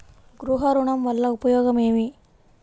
గృహ ఋణం వల్ల ఉపయోగం ఏమి?